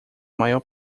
maior